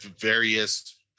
various